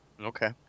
Okay